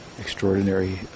extraordinary